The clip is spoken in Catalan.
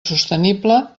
sostenible